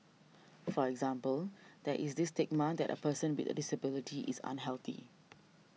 for example there's this stigma that a person be a disability is unhealthy